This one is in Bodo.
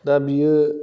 दाबियो